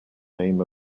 name